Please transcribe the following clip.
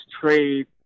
trade